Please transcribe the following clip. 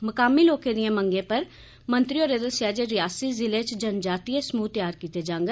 मकामी लोकें दिएं मंगें पर मंत्री होरें दस्सेआ जे रियासी जिले च जनजातीय समूह तयार कीता जाग